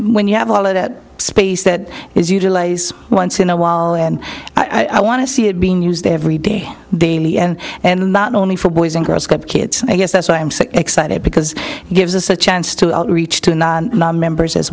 when you have all of that space that is utilize once in a while and i want to see it being used every day daily and and not only for boys and girls club kids i guess that's why i'm so excited because it gives us a chance to outreach to non members as